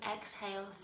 exhale